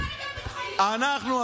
אנחנו,